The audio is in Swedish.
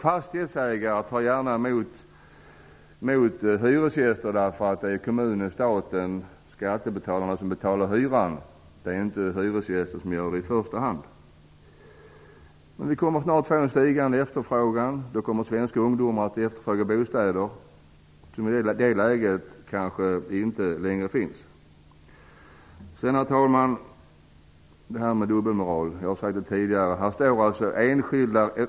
Fastighetsägare tar gärna emot hyresgäster, och det är kommunen, staten, skattebetalarna som betalar hyran i första hand, inte hyresgästerna. Snart kommer vi att få en stigande efterfrågan, och då kommer svenska ungdomar att efterfråga bostäder som i det läget kanske inte längre finns. Herr talman! Jag har talat tidigare om dubbelmoral.